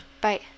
Bye